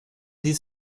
ließ